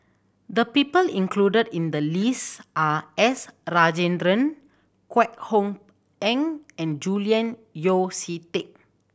the people included in the list are S Rajendran Kwek Hong Png and Julian Yeo See Teck